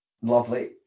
lovely